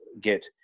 get